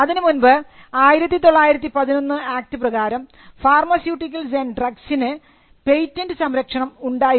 അതിനുമുൻപ് 1911 ആക്ട് പ്രകാരം pharmaceuticals and ഡ്രഗ്സിന് പേറ്റന്റ് സംരക്ഷണം ഉണ്ടായിരുന്നു